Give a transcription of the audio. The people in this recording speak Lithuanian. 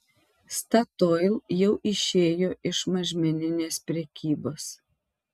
statoil jau išėjo iš mažmeninės prekybos